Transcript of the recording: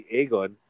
Aegon